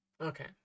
Okay